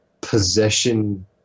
possession